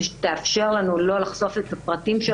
שתאפשר לנו לא לחשוף את הפרטים של